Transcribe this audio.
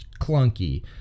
clunky